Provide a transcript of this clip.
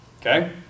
Okay